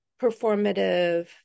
performative